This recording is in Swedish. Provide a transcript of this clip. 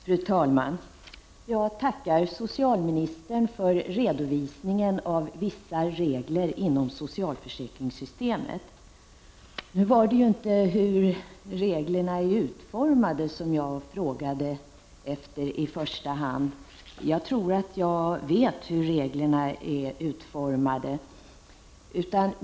Fru talman! Jag tackar socialministern för redovisningen av vissa regler inom socialförsäkringssystemet. Nu var det inte utformningen av reglerna jagi första hand frågade efter. Jag tror att jag vet hur reglerna är utformade.